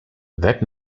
that